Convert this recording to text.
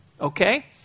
Okay